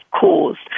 caused